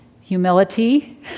humility